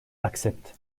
accepte